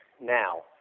now